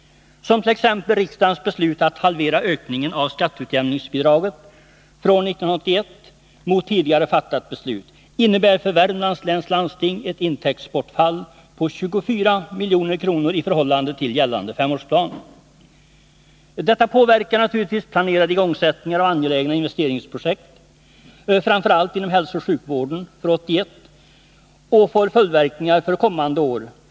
Ta som exempel riksdagens beslut att halvera ökningen av skatteutjämningsbidraget för år 1981. Jämfört med tidigare fattat beslut innebär det för Värmlands läns landsting ett intäktsbortfall på 24 milj.kr. i förhållande till gällande femårsplan. Detta påverkar naturligtvis planerade igångsättningar av angelägna investeringsobjekt, framför allt inom hälsooch sjukvården för 1981. och får följdverkningar för kommande år.